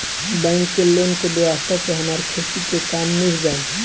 bank के loan के व्यवस्था से हमार खेती के काम नीभ जाई